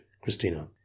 christina